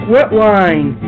Wetline